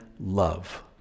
love